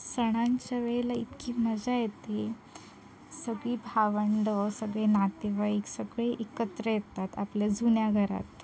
सणांच्या वेळेला इतकी मजा येते सगळी भावंडं सगळे नातेवाईक सगळे एकत्र येतात आपल्या जुन्या घरात